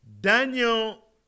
Daniel